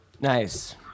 Nice